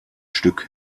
stück